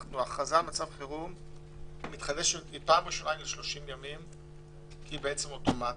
הכרזה על מצב חירום היא ל-30 ימים בפעם הראשונה כי היא בעצם אוטומטית,